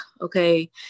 okay